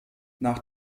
nach